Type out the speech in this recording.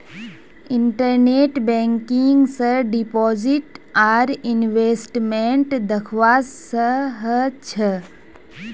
internet banking स deposit आर investment दख्वा स ख छ